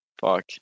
Fuck